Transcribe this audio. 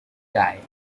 guy